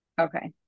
Okay